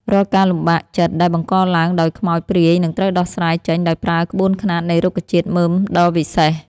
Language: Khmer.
រាល់ការលំបាកចិត្តដែលបង្កឡើងដោយខ្មោចព្រាយនឹងត្រូវដោះស្រាយចេញដោយប្រើក្បួនខ្នាតនៃរុក្ខជាតិមើមដ៏វិសេស។